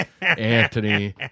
Anthony